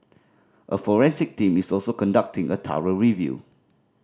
a forensic team is also conducting a thorough review